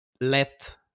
let